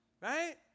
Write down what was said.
right